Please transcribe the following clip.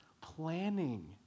planning